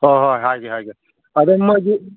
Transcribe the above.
ꯍꯣꯏ ꯍꯣꯏ ꯍꯥꯏꯒꯦ ꯍꯥꯏꯒꯦ ꯑꯗ ꯃꯣꯏꯗꯤ